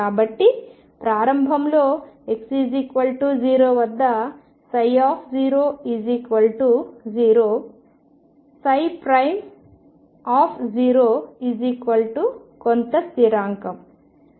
కాబట్టి ప్రారంభంలో x0 వద్ద 0 0 0 కొంత స్థిరాంకం